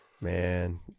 man